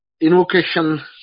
invocation